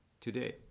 today